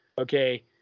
okay